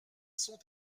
sont